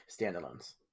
standalones